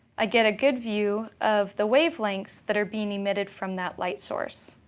i get a good view of the wavelengths that are being emitted from that light source.